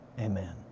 Amen